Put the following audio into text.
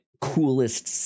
coolest